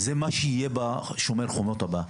אבל זה מה שיהיה ב-"שומר החומות" הבא.